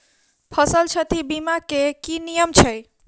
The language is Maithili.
फसल क्षति बीमा केँ की नियम छै?